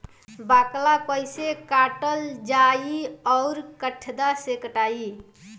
बाकला कईसे काटल जाई औरो कट्ठा से कटाई?